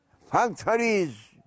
factories